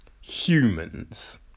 Humans